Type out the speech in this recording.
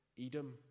Edom